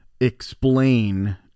explain